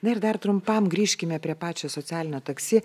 na ir dar trumpam grįžkime prie pačio socialinio taksi